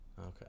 Okay